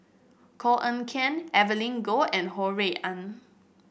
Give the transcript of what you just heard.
Koh Eng Kian Evelyn Goh and Ho Rui An